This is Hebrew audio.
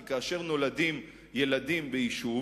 כי כאשר נולדים ילדים ביישוב